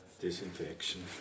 disinfection